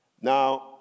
Now